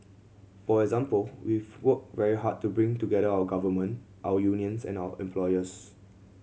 for example we've worked very hard to bring together our government our unions and our employers